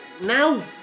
now